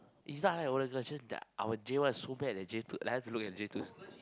is not I like older girls it's just that our J one is so bad that J two like I have to look at the J twos